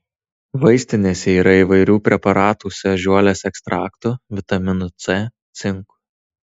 vaistinėse yra įvairių preparatų su ežiuolės ekstraktu vitaminu c cinku